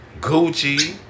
Gucci